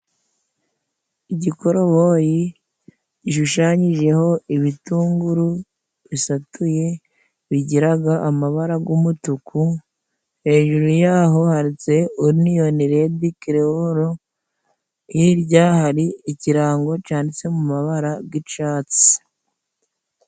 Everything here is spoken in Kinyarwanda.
Igikoroboyi gishushanyijeho ibitunguru bisatuye bigiraga amabara g'umutuku hejuru yaho handitse uniyoni redi kerewolo, hirya hari ikirango canditse mu mabara g'icatsi.